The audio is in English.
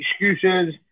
excuses